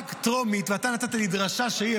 רק